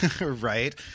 right